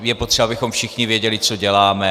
Je potřeba, abychom všichni věděli, co děláme.